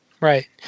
Right